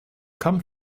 come